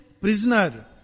prisoner